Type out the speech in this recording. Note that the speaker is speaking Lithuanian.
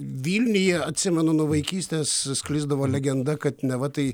vilniuje atsimenu nuo vaikystės sklisdavo legenda kad neva tai